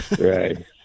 right